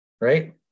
right